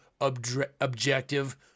objective